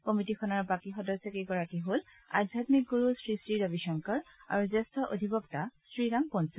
কমিটীখনৰ বাকী সদস্য কেইগৰাকী হ'ল আধ্যামিক গুৰু শ্ৰীশ্ৰীৰবিশংকৰ আৰু জ্যেষ্ঠ অধিবক্তা শ্ৰীৰাম পঞ্চ